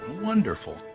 Wonderful